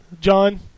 John